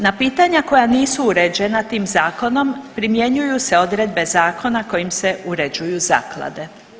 Na pitanja koja nisu uređena tim zakonom primjenjuju se odredbe zakona kojim se uređuju zaklade.